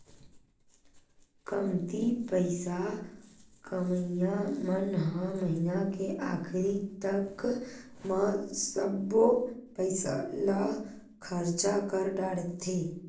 कमती पइसा कमइया मन ह महिना के आखरी तक म सब्बो पइसा ल खरचा कर डारथे